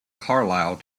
carlisle